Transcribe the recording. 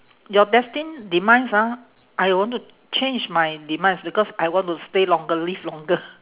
your destined demise ah I want to change my demise because I want to stay longer live longer